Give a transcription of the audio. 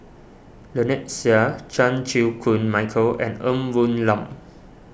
Lynnette Seah Chan Chew Koon Michael and Ng Woon Lam